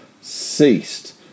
ceased